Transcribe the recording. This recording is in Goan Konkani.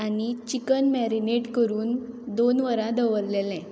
आनी चिकन मॅरिनेट करून दोन वरां दवरलेलें